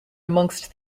amongst